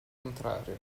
contrario